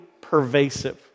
pervasive